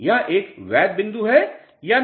यह एक वैध बिंदु है या नहीं